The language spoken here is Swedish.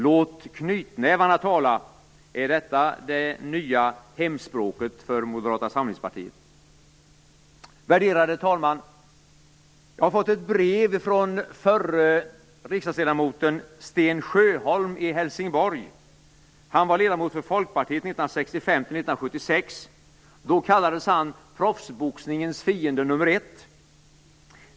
Låt knytnävarna tala! Är detta det nya hemspråket för Moderata samlingspartiet? Värderade talman! Jag har fått ett brev från förre riksdagsledamoten Sten Sjöholm i Helsingborg. Han var ledamot för Folkpartiet 1965-1976. Då kallades han proffsboxningens fiende nummer ett.